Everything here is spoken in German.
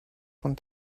von